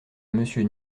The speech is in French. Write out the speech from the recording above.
monsieur